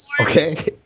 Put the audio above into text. Okay